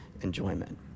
enjoyment